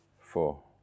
four